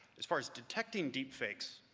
as far as detecting deep fakes,